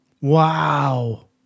Wow